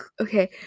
okay